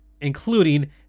including